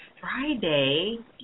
Friday